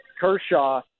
Kershaw